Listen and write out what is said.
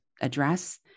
address